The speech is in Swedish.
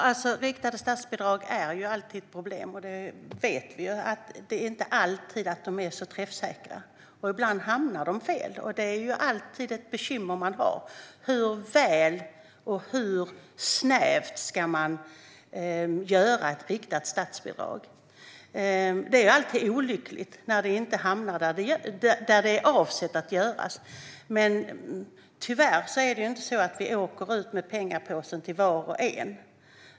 Fru talman! Det finns alltid problem med riktade statsbidrag. Vi vet att de inte alltid är så träffsäkra. Ibland hamnar de fel. Det är alltid ett bekymmer man har - hur snävt ska man göra ett riktat statsbidrag? Det är alltid olyckligt när det inte hamnar där det är avsett att hamna. Men tyvärr är det inte så att vi åker ut med pengapåsen till var och en.